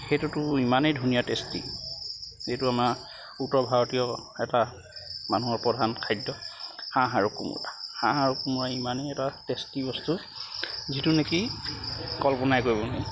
সেইটো ইমানেই ধুনীয়া টেষ্টি যিটো আমাৰ উত্তৰ ভাৰতীয় এটা মানুহৰ প্ৰধান খাদ্য হাঁহ আৰু কোমোৰা হাঁহ আৰু কোমোৰাৰ ইমানেই এটা টেষ্টি বস্তু যিটো নেকি কল্পনাই কৰিব নোৱাৰি